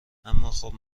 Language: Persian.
اماخب